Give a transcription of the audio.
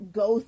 go